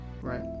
Right